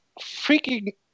freaking